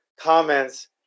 comments